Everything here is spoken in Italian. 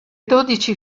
dodici